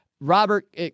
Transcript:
Robert